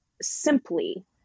simply